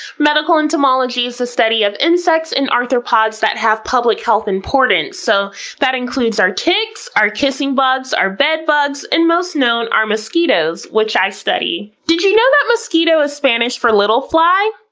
medical entomology is the study of insects and arthropods that have public health importance, so that includes our ticks, our kissing bugs, our bedbugs, and most known, our mosquitos, which i study. did you know that mosquito is spanish for little fly?